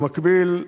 במקביל,